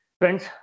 Friends